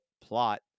plot